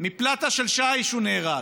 מפלטה של שיש הוא נהרג.